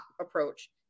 approach